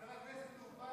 חבר הכנסת טור פז,